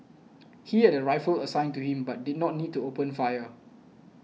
he had a rifle assigned to him but did not need to open fire